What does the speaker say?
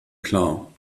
klar